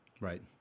Right